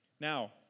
Now